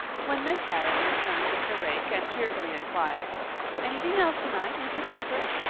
when miss harris returned with the rake and cheerfully inquired anything else tonight, mr. cuthbert?